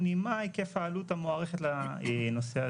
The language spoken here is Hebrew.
היא מה היקף העלות המוערכת לנושא הזה.